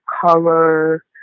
color